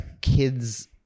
Kids